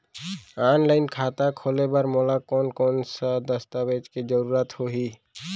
Online खाता खोले बर मोला कोन कोन स दस्तावेज के जरूरत होही?